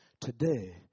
today